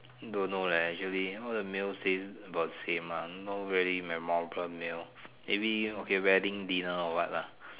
don't know leh actually what are the meals taste about the same one not really memorable meal maybe okay wedding dinner or what lah